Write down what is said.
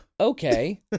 okay